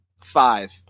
five